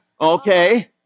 Okay